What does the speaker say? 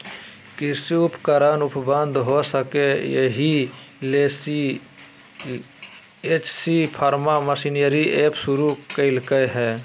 कृषि उपकरण उपलब्ध हो सके, इहे ले सी.एच.सी फार्म मशीनरी एप शुरू कैल्के हइ